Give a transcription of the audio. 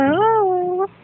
Hello